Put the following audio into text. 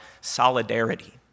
solidarity